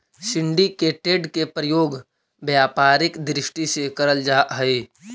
syndicated के प्रयोग व्यापारिक दृष्टि से करल जा हई